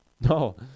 no